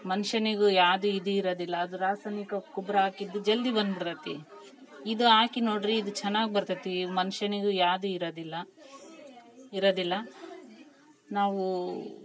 ಮನುಷ್ಯನಿಗೂ ಯಾವುದು ಇದು ಇರೋದಿಲ್ಲ ಅದು ರಾಸಾಯನಿಕ ಗೊಬ್ಬರ ಹಾಕಿದ್ದು ಜಲ್ದಿ ಬಂದು ಬಿಡ್ತತಿ ಇದು ಹಾಕಿ ನೋಡ್ರಿ ಇದು ಚೆನ್ನಾಗ್ ಬರ್ತತಿ ಮನುಷ್ಯನಿಗು ಯಾವ್ದು ಇರೋದಿಲ್ಲ ಇರೋದಿಲ್ಲ ನಾವು